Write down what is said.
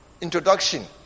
introduction